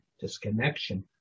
disconnection